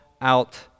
out